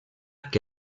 que